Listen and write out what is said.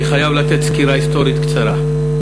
אני חייב לתת סקירה היסטורית קצרה.